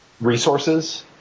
resources